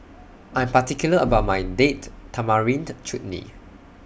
I Am particular about My Date Tamarind Chutney